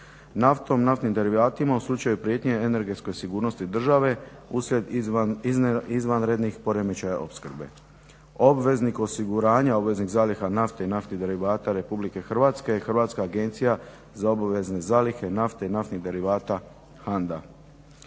naftnom, naftnim derivatima u slučaju prijetnje energetskoj sigurnosti države uslijed izvanrednih poremećaja opskrbe. Obveznik osiguranja, obveznik zaliha nafte i naftnih derivata Republike Hrvatske je Hrvatska agencija za obavezne zalihe nafte i naftnih derivata HANDA.